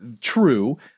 true